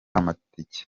amatike